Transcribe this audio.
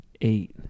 eight